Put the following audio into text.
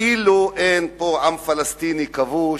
וכאילו אין פה עם פלסטיני כבוש,